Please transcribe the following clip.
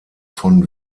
von